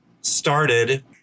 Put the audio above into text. started